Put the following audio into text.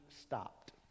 stopped